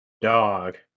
Dog